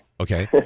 Okay